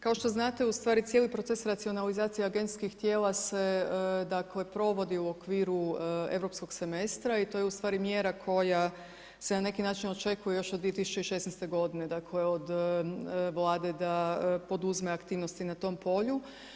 Kao što znate, u cijeli proces racionalizacije agencijskih tijela se provodi u okviru Europskog semestra, i to je ustvari mjera koja se na neki način očekuje još od 2016. g. dakle, od vlade da poduzme aktivnosti na tom polju.